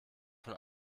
von